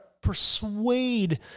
persuade